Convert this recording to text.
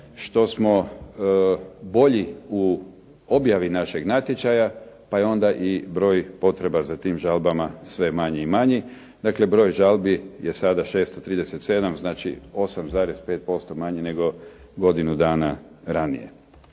što smo bolji u objavi našeg natječaja pa je onda i broj potreba za tim žalbama sve manji i manji. Dakle broj žalbi je sada 637, znači 8,5% manji nego godinu dana ranije.